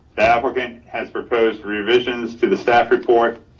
the applicant has proposed revisions to the staff report,